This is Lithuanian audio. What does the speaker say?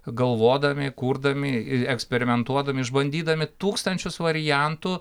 galvodami kurdami eksperimentuodami išbandydami tūkstančius variantų